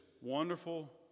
wonderful